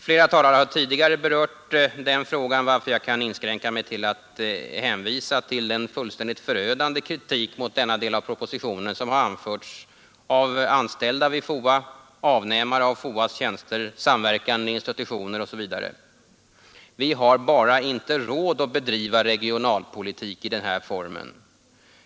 Flera talare har tidigare berört den frågan, varför jag kan inskränka mig till att hänvisa till den fullständigt förödande kritik mot denna del av propositionen, som har anförts av anställda vid FOA, avnämare av FOAS tjänster, samverkande institutioner osv. Vi har bara inte råd att bedriva regionalpolitik i den här formen.